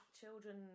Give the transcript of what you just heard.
children